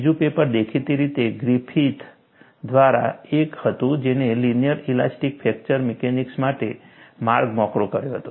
બીજું પેપર દેખીતી રીતે ગ્રિફિથ દ્વારા એક હતું જેણે લિનિયર ઇલાસ્ટિક ફ્રેક્ચર મિકેનિક્સ માટે માર્ગ મોકળો કર્યો હતો